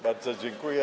Bardzo dziękuję.